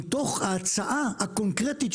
מתוך ההצעה הקונקרטית.